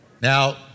Now